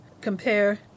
compare